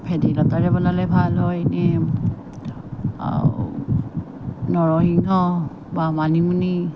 ভেদাই লতাৰে বনালে ভাল হয়নে নৰসিংহ বা মানিমুনি